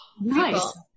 Nice